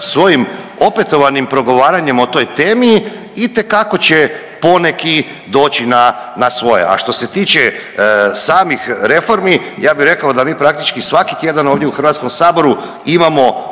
svojim opetovanim progovaranjem o toj temi itekako će poneki doći na, na svoje. A što se tiče samih reformi ja bih rekao da mi praktički svaki tjedan ovdje u HS imamo